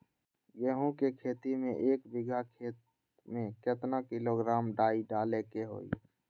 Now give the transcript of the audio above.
गेहूं के खेती में एक बीघा खेत में केतना किलोग्राम डाई डाले के होई?